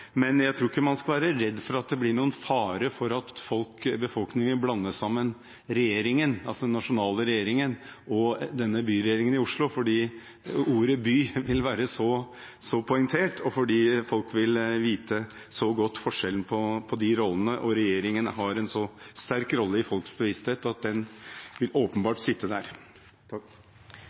Men jeg tror ikke man skal være redd for at det er noen fare for at befolkningen blander sammen den nasjonale regjeringen og byregjeringen i Oslo, fordi ordet «by» vil være så poengtert, fordi folk vil vite så godt forskjellen på de rollene, og fordi regjeringen har en så sterk rolle i folks bevissthet. Først må eg seia meg einig med statsråd Sanner, som sa at